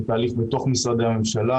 זה תהליך בתוך משרדי הממשלה.